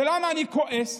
ולמה אני כועס?